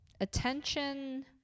attention